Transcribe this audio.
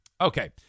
Okay